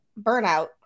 burnout